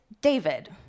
David